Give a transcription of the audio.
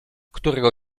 którego